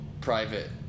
private